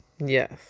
Yes